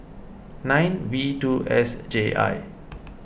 nine V two S J I